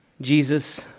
Jesus